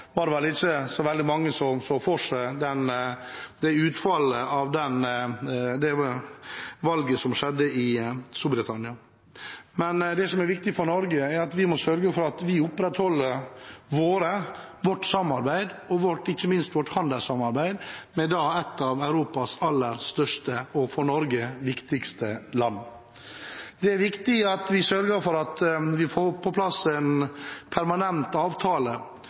veldig mange som så for seg utfallet av det valget som skjedde i Storbritannia. Det som er viktig for Norge, er at vi må sørge for at vi opprettholder vårt samarbeid og ikke minst vårt handelssamarbeid med et av Europas aller største, og for Norge viktigste, land. Det er viktig at vi sørger for at vi får på plass en permanent avtale